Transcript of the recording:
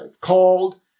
called